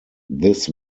this